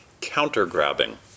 counter-grabbing